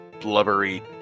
blubbery